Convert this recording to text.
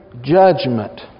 judgment